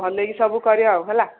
ଭଲକି ସବୁ କରିବ ଆଉ ହେଲା